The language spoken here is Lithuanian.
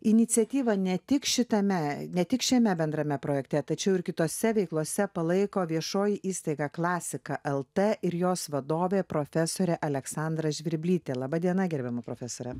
iniciatyva ne tik šitame ne tik šiame bendrame projekte tačiau ir kitose veiklose palaiko viešoji įstaiga klasika lt ir jos vadovė profesorė aleksandra žvirblytė laba diena gerbiama profesore